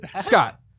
Scott